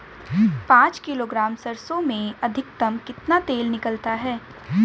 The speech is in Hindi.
पाँच किलोग्राम सरसों में अधिकतम कितना तेल निकलता है?